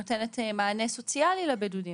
כי במידה והורים או ילדים חולים נשלם להם דמי בידוד.